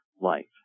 life